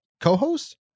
co-host